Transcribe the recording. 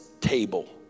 table